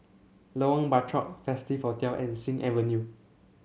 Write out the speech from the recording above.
Lorong Bachok Festive Hotel and Sing Avenue